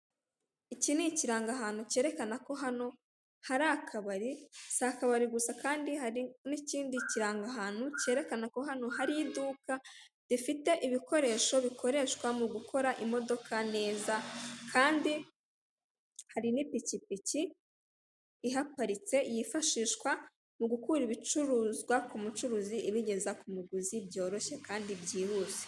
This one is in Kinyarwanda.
Iki ni ikirangahantu cyerekana ko hano hari akabari, si akabari gusa kandi, hari n'ikindi kirangahantu cyarekana ko hano hari iduka rifite ibikoresho bikoreshwa mu gukora imodoka neza, kandi hari n'ipikipiki ihaparitse yifashishwa mu gukura ibicuruzwa ku mucuruzi ibigeza ku muguzi byoroshye kandi byihuse.